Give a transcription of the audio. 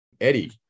Eddie